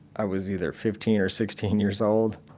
i was either fifteen or sixteen years old,